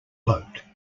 boat